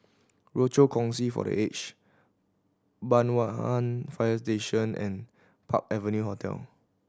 Rochor Kongsi for The Aged Banyan Fire Station and Park Avenue Hotel